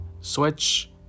switch